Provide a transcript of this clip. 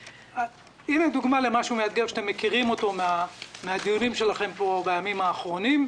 הנה דוגמה למשהו מאתגר שאתם מכירים מהדיונים שלכם פה בימים האחרונים,